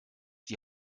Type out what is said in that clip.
die